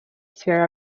sierra